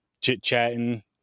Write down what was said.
chit-chatting